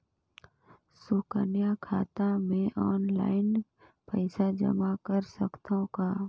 सुकन्या खाता मे ऑनलाइन पईसा जमा कर सकथव का?